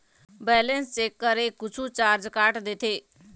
Balance check करें कुछू charge काट देथे?